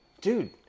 dude